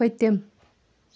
پٔتِم